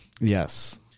Yes